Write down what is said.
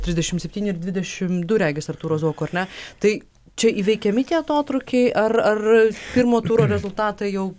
trisdešimt septyni ir dvidešimt du regis artūro zuoko ar ne tai čia įveikiami tie atotrūkiai ar ar pirmo turo rezultatai jau